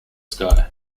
sky